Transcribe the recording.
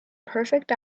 perfect